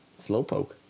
slowpoke